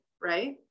right